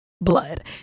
blood